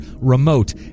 remote